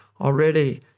already